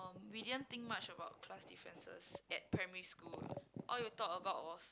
um we didn't think much about class differences at primary school all we talk about was